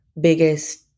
biggest